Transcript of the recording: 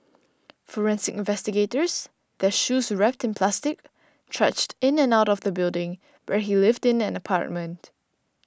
forensic investigators their shoes wrapped in plastic trudged in and out of the building where he lived in an apartment